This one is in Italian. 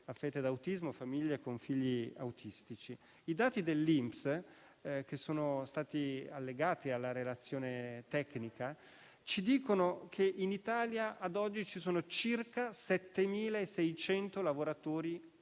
affette da autismo, famiglie con figli autistici. I dati dell'INPS, che sono stati allegati alla relazione tecnica, ci dicono che in Italia ad oggi ci sono circa 7.600 lavoratori autistici: